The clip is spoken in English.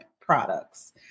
products